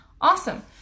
awesome